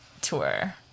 tour